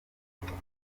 ukumva